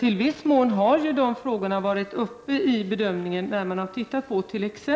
I viss mån har de frågorna varit uppe till bedömning när man har tittat på t.ex.